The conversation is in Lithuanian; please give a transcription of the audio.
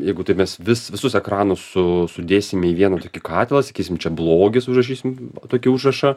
jeigu taip mes vis visus ekranus su sudėsime į vieną tokį katilą sakysim čia blogis užrašysim tokį užrašą